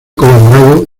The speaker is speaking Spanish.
colaborado